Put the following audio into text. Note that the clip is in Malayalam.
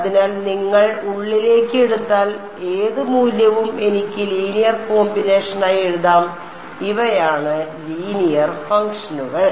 അതിനാൽ നിങ്ങൾ ഉള്ളിലേക്ക് എടുത്താൽ ഏത് മൂല്യവും എനിക്ക് ലീനിയർ കോമ്പിനേഷനായി എഴുതാം ഇവയാണ് ലീനിയർ ഫംഗ്ഷനുകൾ